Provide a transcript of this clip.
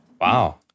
Wow